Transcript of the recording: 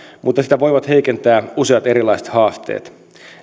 mutta sitä voivat heikentää useat erilaiset haasteet